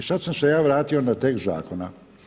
E sad sam se ja vratio na tekst zakona.